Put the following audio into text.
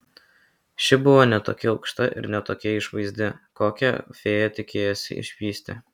ši buvo ne tokia aukšta ir ne tokia išvaizdi kokią fėja tikėjosi išvysti